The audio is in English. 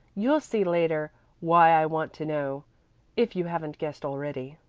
you'll see later why i want to know if you haven't guessed already.